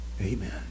amen